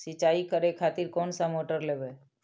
सीचाई करें खातिर कोन सा मोटर लेबे?